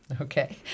Okay